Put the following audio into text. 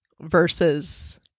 versus